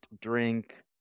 drink